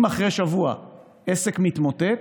אם אחרי שבוע עסק מתמוטט,